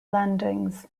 landings